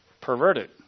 perverted